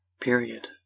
Period